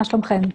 מה שלומכם?